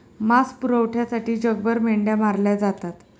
मांस पुरवठ्यासाठी जगभर मेंढ्या मारल्या जातात